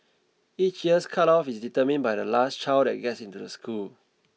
each year's cut off is determined by the last child that gets into the school